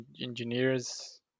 engineers